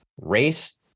race